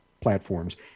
platforms